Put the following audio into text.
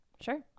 Sure